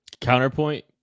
Counterpoint